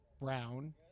Brown